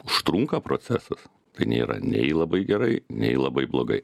užtrunka procesas tai nėra nei labai gerai nei labai blogai